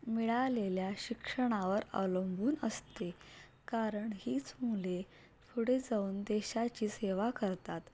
मिळालेल्या शिक्षणावर अवलंबून असते कारण हीच मुले पुढे जाऊन देशाची सेवा करतात